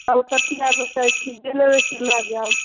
कलकतिआ बेचै छी जे लेबै से लऽ जाउ